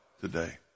today